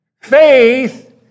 faith